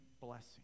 blessing